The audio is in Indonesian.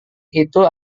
itu